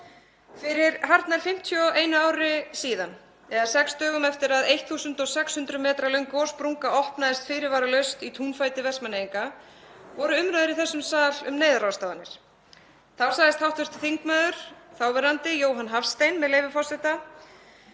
Fyrir hartnær 51 ári síðan, eða sex dögum eftir að 1.600 metra löng gossprunga opnaðist fyrirvaralaust í túnfætinum hjá Vestmannaeyingum voru umræður í þessum sal um neyðarráðstafanir. Þá sagðist hv. þáverandi þingmaður, Jóhann Hafstein, með leyfi forseta,